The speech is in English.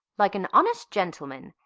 like an honest gentleman,